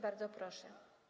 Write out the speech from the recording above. Bardzo proszę.